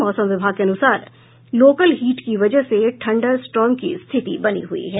मौसम विभाग के अनुसार लोकल हीट की बजह से थंडर स्टोर्म की स्थिति बनी हुयी है